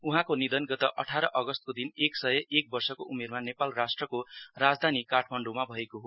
उहाँको निधन गत अठार अगस्तको दिन एक सय एक वर्षको उमेरमा नेपाल राष्ट्रको राजधानी काठमाण्डौमा भएको हो